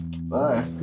Bye